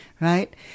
right